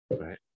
right